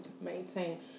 maintain